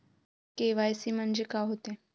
KYC म्हंनजे का होते?